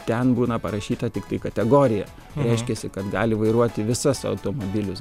ten būna parašyta tiktai kategorija reiškiasi kad gali vairuoti visus automobilius